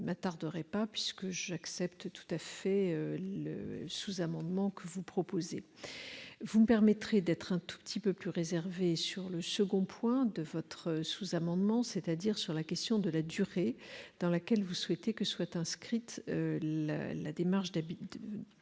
je ne m'attarderai pas, puisque j'accepte tout à fait la modification que vous proposez. Vous me permettrez d'être un peu plus réservée sur le second point de votre sous-amendement, c'est-à-dire quant à la durée dans laquelle vous souhaitez que soit inscrite la démarche de rédaction